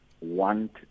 want